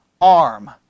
arm